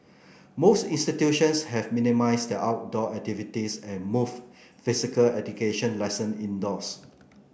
most institutions have minimised their outdoor activities and moved physical education lesson indoors